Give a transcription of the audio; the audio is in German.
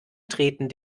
treten